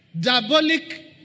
diabolic